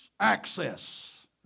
access